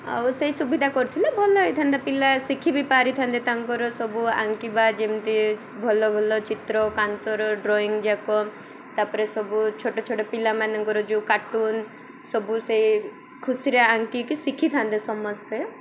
ଆଉ ସେଇ ସୁବିଧା କରିଥିଲେ ଭଲ ହେଇଥାନ୍ତା ପିଲା ଶିଖି ବିି ପାରିଥାନ୍ତେ ତାଙ୍କର ସବୁ ଆଙ୍କିବା ଯେମିତି ଭଲ ଭଲ ଚିତ୍ର କାନ୍ତର ଡ୍ରଇଂ ଯାକ ତା'ପରେ ସବୁ ଛୋଟ ଛୋଟ ପିଲାମାନଙ୍କର ଯେଉଁ କାଟୁନ୍ ସବୁ ସେଇ ଖୁସିରେ ଆଙ୍କିକି ଶିଖିଥାନ୍ତେ ସମସ୍ତେ